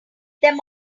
them